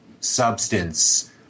substance